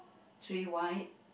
three white